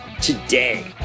today